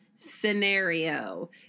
Scenario